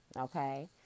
okay